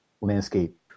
landscape